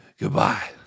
Goodbye